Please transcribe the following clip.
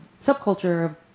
subculture